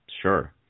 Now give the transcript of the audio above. Sure